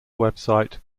website